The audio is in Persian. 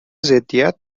ضدیت